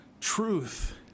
truth